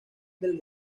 del